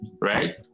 right